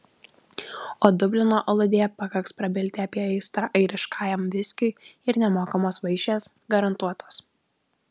o dublino aludėje pakaks prabilti apie aistrą airiškajam viskiui ir nemokamos vaišės garantuotos